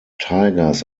tigers